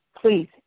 please